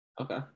Okay